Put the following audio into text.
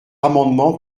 amendement